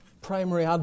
primary